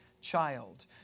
child